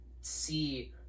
see